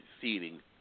seating